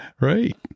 Right